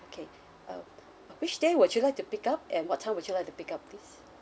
okay uh which day would you like to pick up and what time would you like to pick up please